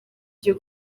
byo